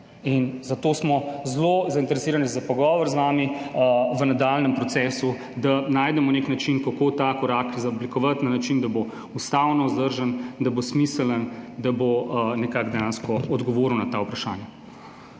Zato smo zelo zainteresirani za pogovor z vami v nadaljnjem procesu, da najdemo nek način, kako ta korak izoblikovati na način, da bo ustavno vzdržen, da bo smiseln, da bo nekako dejansko odgovoril na ta vprašanja.